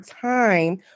time